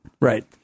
right